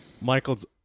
Michael's